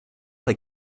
auch